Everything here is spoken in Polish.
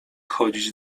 chodzić